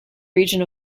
region